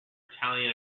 italian